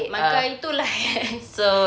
maka itu lah